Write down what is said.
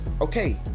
okay